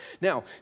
Now